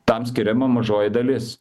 tam skiriama mažoji dalis